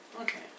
Okay